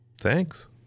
thanks